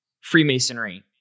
Freemasonry